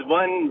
one